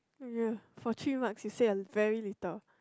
for three marks you say a very little